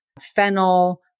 fennel